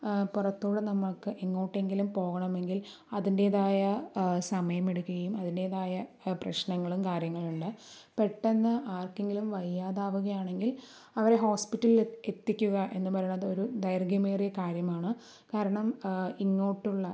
പുറത്തൂടെ നമുക്ക് എങ്ങോട്ടെങ്കിലും പോകണമെങ്കിൽ അതിൻറേതായ സമയമെടുക്കുകയും അതിൻറേതായ പ്രശ്നങ്ങളും കാര്യങ്ങളുണ്ട് പെട്ടന്ന് ആർക്കെങ്കിലും വയ്യാതാവുകയാണെങ്കിൽ അവരെ ഹോസ്പിറ്റലിൽ എത്തിക്കുക എന്ന് പറയണത് ഒരു ദൈർഘ്യമേറിയ കാര്യമാണ് കാരണം ഇങ്ങോട്ടുള്ള